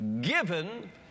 given